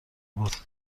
بود